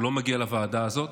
הוא לא מגיע לוועדה הזאת.